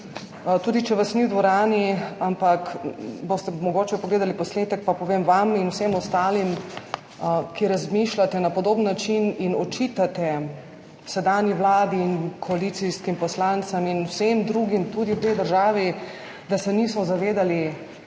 tudi če vas ni v dvorani, ampak boste mogoče pogledali posnetek, pa povem vam in vsem ostalim, ki razmišljate na podoben način in očitate sedanji vladi in koalicijskim poslancem in tudi vsem drugim v tej državi, da se nismo zavedali